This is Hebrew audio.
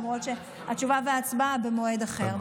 למרות שהתשובה וההצבעה במועד אחר.